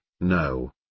No